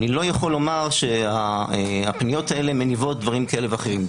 אני לא יכול לומר שהפניות האלה מניבות דברים כאלה ואחרים.